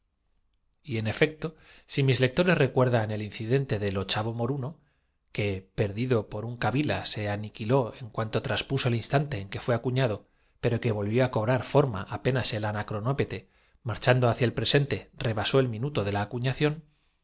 en efecto si mis lectores recuerdan el incidente con el misterioso talismán cuando el fin que todos del ochavo moruno sabéis ha venido á destruir nuestros proyectos que perdido por un kabila se aún vive quien los secundarádijo benjamín con aniquiló en cuanto traspuso el instante en que fué los ojos centelleantes de entusiasmo y dirigiéndose á acuñado pero que volvió á cobrar forma apenas el los suyos á pompeyaañadió anacronópete marchando hacia el presente rebasó el minuto de la